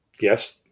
yes